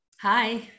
Hi